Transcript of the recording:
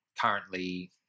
currently